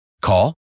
Call